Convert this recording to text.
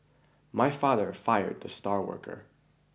my father fired the star worker